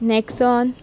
Nexon